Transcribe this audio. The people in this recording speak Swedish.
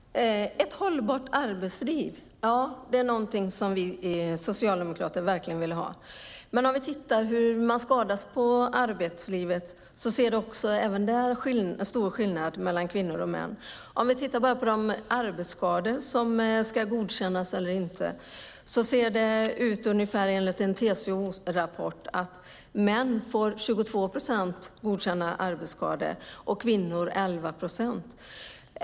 Fru talman! Ett hållbart arbetsliv är någonting som vi socialdemokrater verkligen vill ha. Men när vi tittar på hur man skadas i arbetslivet ser vi också där stora skillnader mellan kvinnor och män. Om vi tittar på de arbetsskador som ska godkännas eller inte framgår det av en TCO-rapport att män får 22 procent av arbetsskadorna godkända och kvinnor 11 procent.